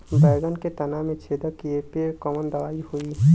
बैगन के तना छेदक कियेपे कवन दवाई होई?